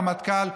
למטכ"ל,